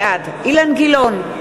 בעד אילן גילאון,